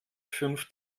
fünf